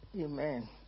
amen